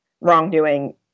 wrongdoing